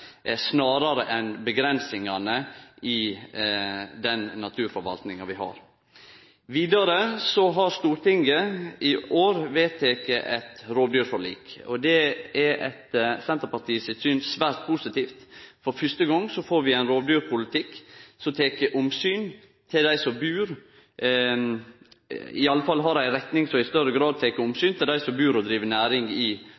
snarare enn avgrensingane i den naturforvaltinga vi har. Vidare har Stortinget i år vedteke eit rovdyrforlik, og det er etter Senterpartiet sitt syn svært positivt. For fyrste gong får vi ein rovdyrpolitikk som i alle fall har ei retning som i større grad tek omsyn til dei som bur og driv næring i